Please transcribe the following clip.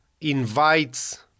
invites